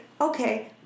okay